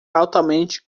altamente